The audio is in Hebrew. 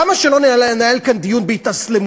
למה שלא ננהל כאן דיון בהתאסלמות?